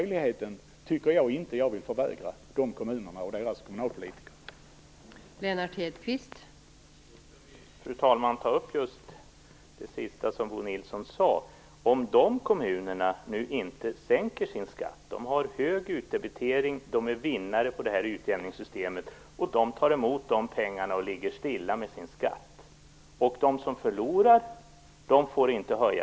Jag vill inte förvägra de kommunerna och deras kommunalpolitiker den möjligheten.